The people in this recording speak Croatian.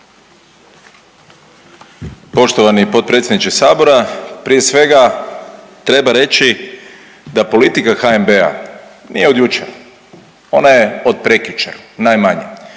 Poštovani potpredsjedniče Sabora, prije svega treba reći da politika HNB-a nije od jučer. Ona je od prekjučer najmanje.